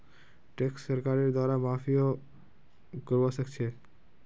tax सरकारेर द्वारे माफियो करवा सख छ